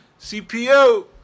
CPO